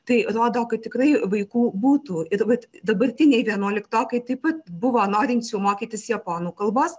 tai rodo kad tikrai vaikų būtų ir vat dabartiniai vienuoliktokai taip pat buvo norinčių mokytis japonų kalbos